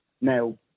Now